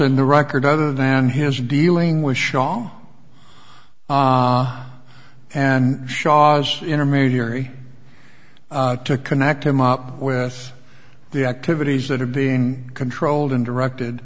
in the record other than his dealing with shaw and shaw's intermediary to connect him up with the activities that are being controlled and directed